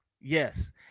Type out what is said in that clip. Yes